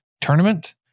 tournament